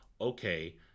okay